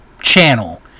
channel